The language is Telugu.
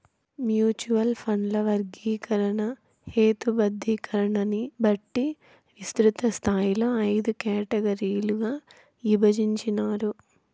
మ్యూచువల్ ఫండ్ల వర్గీకరణ, హేతబద్ధీకరణని బట్టి విస్తృతస్థాయిలో అయిదు కేటగిరీలుగా ఇభజించినారు